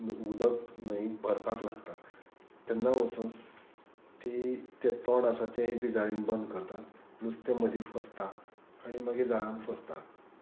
उदक न्हंय भरपाक लागता तेन्ना वचून ती तें तोंड आसा तेंय बी जळेन बंद करतात नुस्तें मदीं फसता आनी मागीर जळान फसता